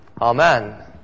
Amen